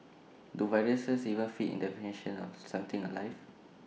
do viruses even fit in definition of something alive